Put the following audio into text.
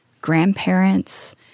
grandparents